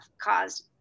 caused